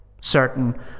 certain